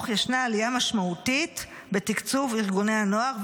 ישנה עלייה משמעותית בתקצוב ארגוני הנוער,